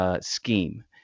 scheme